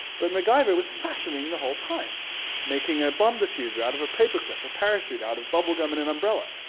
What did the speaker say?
but macgyver was fashioning the whole time making a bomb diffuser out of a paper clip, a parachute out of bubble gum and an umbrella.